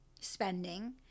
spending